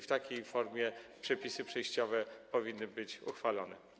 W takiej formie przepisy przejściowe powinny być uchwalone.